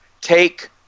take